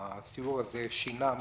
שהסיור הזה שינה המון,